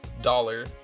dollar